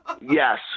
Yes